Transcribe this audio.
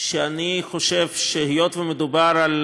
שאני חושב שהיות שמדובר על